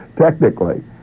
technically